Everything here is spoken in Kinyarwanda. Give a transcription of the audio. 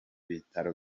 bitaro